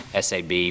SAB